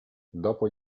dopo